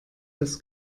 das